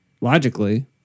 logically